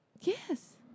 Yes